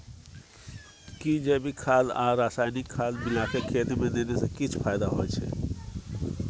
कि जैविक खाद आ रसायनिक खाद मिलाके खेत मे देने से किछ फायदा होय छै?